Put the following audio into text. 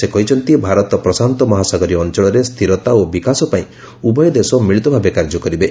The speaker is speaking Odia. ସେ କହିଛନ୍ତି ଭାରତ ପ୍ରଶାନ୍ତ ମହାସାଗରୀୟ ଅଞ୍ଚଳରେ ସ୍ଥିରତା ଓ ବିକାଶ ପାଇଁ ଉଭୟ ଦେଶ ମିଳିତ ଭାବେ କାର୍ଯ୍ୟ କରିବେ